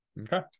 Okay